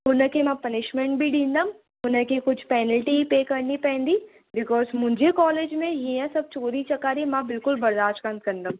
उन खे मां पनिशमेंट बि ॾींदमि हुन खे कुझु पैनेल्टी बि पै करिणी पवंदी बिकॉज मुंहिंजे कॉलेज में हीअं सभु चोरी चकारी मां बिल्कुलु बर्दाश्त कान कंदमि